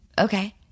Okay